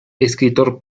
escritor